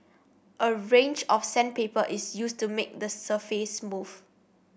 a range of sandpaper is used to make the surface smooth